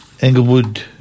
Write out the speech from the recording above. Englewood